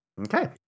Okay